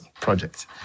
project